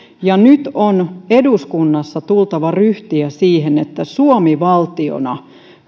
ja nyt on eduskunnassa tultava ryhtiä siihen että suomi valtiona